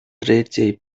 третьей